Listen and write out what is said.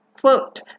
quote